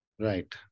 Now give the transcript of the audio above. Right